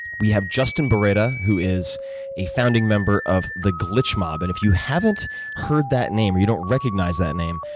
we have justin boreta, who is a founding member of the glitch mob, and if you haven't heard that name or you don't recognize that name,